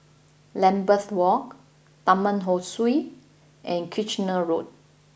Lambeth Walk Taman Ho Swee and Kitchener Road